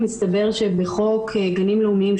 הסתבר שבחוק גנים לאומיים,